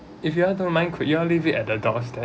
if you all don't mind could you all leave it at the doorstep